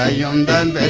ah young men